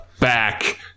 back